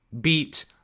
beat